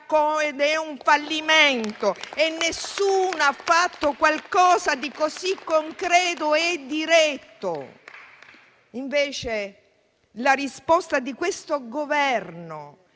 ed è un fallimento. E nessuno ha fatto qualcosa di così concreto e diretto. Invece, la risposta di questo Governo